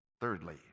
Thirdly